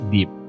Deep